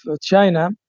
China